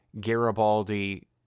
Garibaldi